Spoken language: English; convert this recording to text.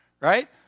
right